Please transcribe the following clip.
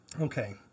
Okay